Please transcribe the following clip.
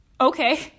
okay